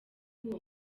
uwo